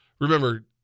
remember